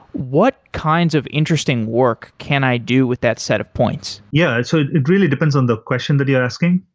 what kinds of interesting work can i do with that set of points? yeah, so it really depends on the question that you're asking.